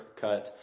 cut